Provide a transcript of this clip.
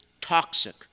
toxic